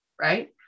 right